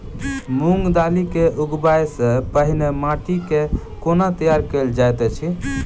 मूंग दालि केँ उगबाई सँ पहिने माटि केँ कोना तैयार कैल जाइत अछि?